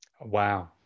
Wow